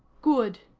good,